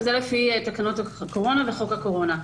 וזה לפי תקנות הקורונה וחוק הקורונה.